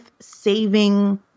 saving